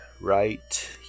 Right